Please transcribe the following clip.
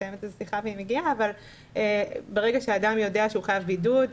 ברגע שאדם יודע שהוא חייב בידוד,